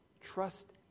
Trust